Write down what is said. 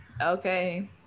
Okay